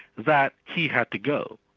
that he had to go,